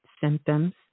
symptoms